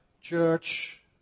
Church